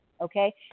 okay